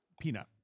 Peanut